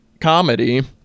comedy